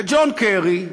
וג'ון קרי,